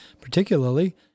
particularly